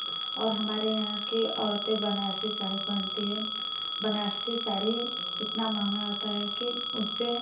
और हमारे यहाँ के औरतें बनारसी साड़ी पहनती हैं बनारसी साड़ी इतना महँगा होता है कि उनसे